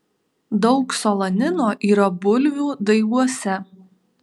daug solanino yra bulvių daiguose